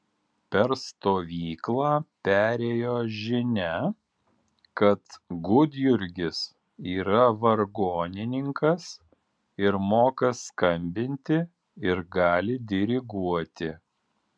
per stovyklą perėjo žinia kad gudjurgis yra vargonininkas ir moka skambinti ir gali diriguoti